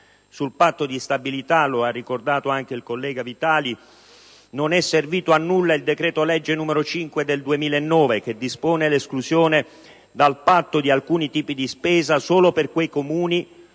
Sul patto di stabilità - lo ha ricordato il collega Vitali - non è servito a nulla il decreto legge n. 5 del 2009, che dispone l'esclusione dal patto di alcuni tipi di spesa solo per quei Comuni